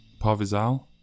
Parvizal